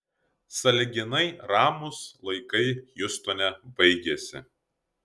sąlyginai ramūs laikai hjustone baigėsi